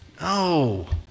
No